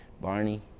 Barney